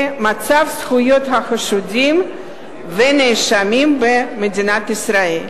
מצב זכויות החשודים והנאשמים במדינת ישראל.